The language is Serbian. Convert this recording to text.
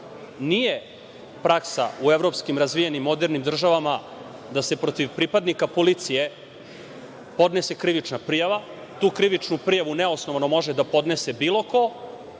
Nije praksa u evropskim, razvijenim, modernim državama da se protiv pripadnika policije podnese krivična prijava. Tu krivičnu prijavu neosnovano može da podnese bilo ko